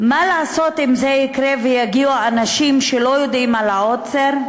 מה לעשות אם יגיעו אנשים שלא יודעים על העוצר,